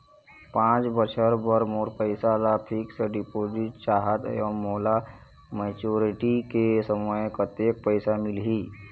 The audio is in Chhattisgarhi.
पांच बछर बर मोर पैसा ला फिक्स डिपोजिट चाहत हंव, मोला मैच्योरिटी के समय कतेक पैसा मिल ही?